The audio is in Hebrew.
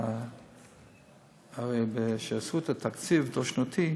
הרי כשאישרו את התקציב הדו-שנתי,